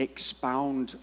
Expound